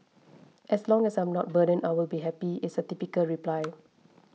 as long as I am not a burden I will be happy is a typical reply